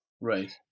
Right